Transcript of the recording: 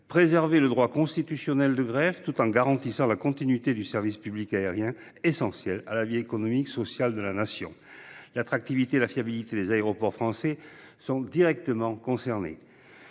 préserver le droit de grève, constitutionnel, tout en garantissant la continuité du service public aérien, qui est essentiel à la vie économique et sociale de la Nation. L'attractivité et la fiabilité des aéroports français sont directement concernées.